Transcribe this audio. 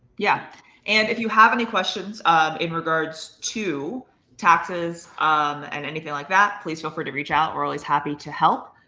yeah and if you have any questions in regards to taxes um and anything like that, please feel free to reach out. we're always happy to help.